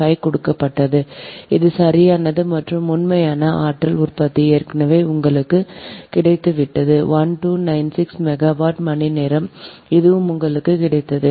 5 கொடுக்கப்பட்டது அது சரியானது மற்றும் உண்மையான ஆற்றல் உற்பத்தி ஏற்கனவே உங்களுக்கு கிடைத்துவிட்டது 1296 மெகாவாட் மணி இதுவும் உங்களுக்கு கிடைத்தது